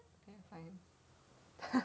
okay fine